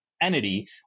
entity